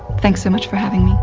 thanks so much for having me.